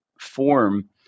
form